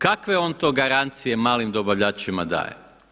Kakve on to garancije malim dobavljačima daje?